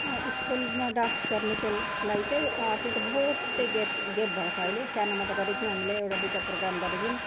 स्कुलमा डान्स गर्नुको लागि चाहिँ त्यो त बहुतै ग्याप ग्याप भएको छ अहिले सानोमा त गरेको थियौँ एउटा दुईटा प्रोग्राम गरेको थियौँ